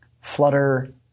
flutter